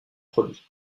produit